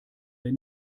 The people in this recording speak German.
der